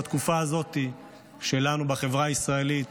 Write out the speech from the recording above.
לחברה הישראלית,